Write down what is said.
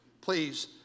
please